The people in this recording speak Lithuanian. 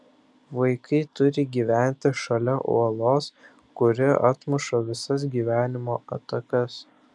vaikai turi gyventi šalia uolos kuri atmuša visas gyvenimo atakas